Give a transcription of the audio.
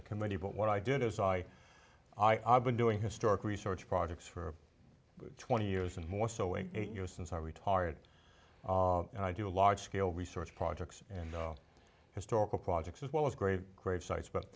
the committee but what i did is i i i've been doing historic research projects for twenty years and more so in eight years since i retired and i do a large scale research projects and historical projects as well as grave grave sites but